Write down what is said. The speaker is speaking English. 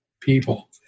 people